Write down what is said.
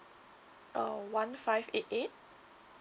uh one five eight eight